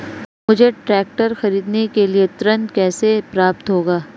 मुझे ट्रैक्टर खरीदने के लिए ऋण कैसे प्राप्त होगा?